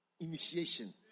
initiation